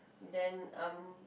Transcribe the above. then um